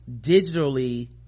digitally